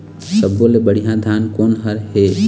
सब्बो ले बढ़िया धान कोन हर हे?